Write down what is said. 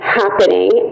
happening